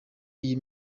iyi